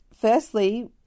Firstly